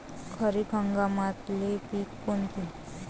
खरीप हंगामातले पिकं कोनते?